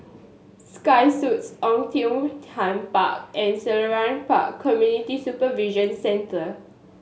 Sky Suites Oei Tiong Ham Park and Selarang Park Community Supervision Centre